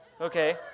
Okay